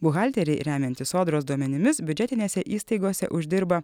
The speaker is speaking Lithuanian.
buhalteriai remiantis sodros duomenimis biudžetinėse įstaigose uždirba